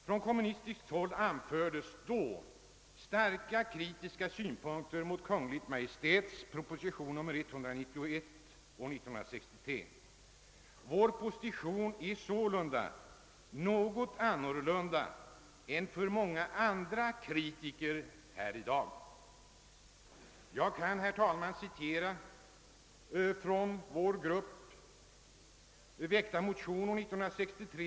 Från kommunistiskt håll anfördes då starkt kritiska synpunkter mot Kungl. Maj:ts proposition nr 191 år 1963. Vår position är sålunda något annorlunda än många andra kritikers här i dag. Jag kan, herr talman, citera vår grupps motioner från 1963.